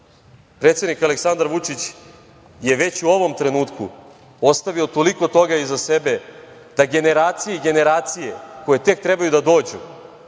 scenarije. Predsednik Aleksandar Vučić je već u ovom trenutku ostavio toliko toga iza sebe da generacije i generacije koje tek treba da dođu